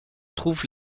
trouve